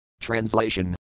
Translation